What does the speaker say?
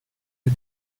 you